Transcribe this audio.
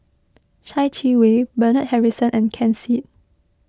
Chai Yee Wei Bernard Harrison and Ken Seet